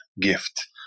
gift